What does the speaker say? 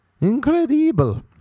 incredible